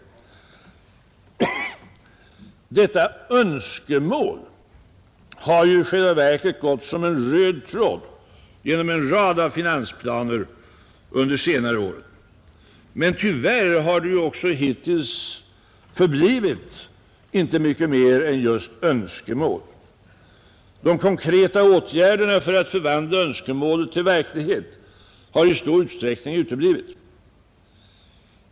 Detta önskemål har ju i själva verket gått som en röd tråd genom en rad av finansplaner under senare år, men tyvärr har det hittills förblivit inte mycket mer än just ett önskemål. De konkreta åtgärderna för att förvandla önskemålet till verklighet har i stor utsträckning uteblivit.